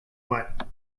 what